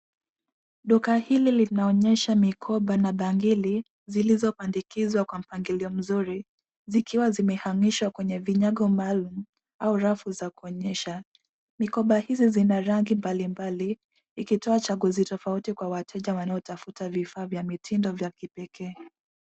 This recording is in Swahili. Duka hili linaonyesha mikoba na bangili, zilizopandikizwa kwa mpangilio mzuri, zikiwa zimehang'ishwa kwenye vinyago maalumu, au rafu za kuonyesha. Mikoba hizi zina rangi mbai mbali, ikitoa chaguzi tofauti kwa wateja wanaotafuta vifaa vya mitindo vya kipekee.